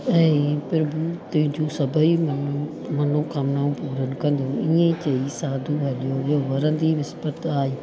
ऐं प्रभु तुंहिंजूं सभेई मनो मनोकामनाऊं पूरनि कंदो इअं चई साधू हलियो वियो वरंदी विस्पति आई